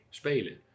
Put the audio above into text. spelen